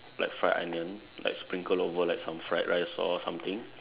like fried onion like sprinkle over like some fried rice or something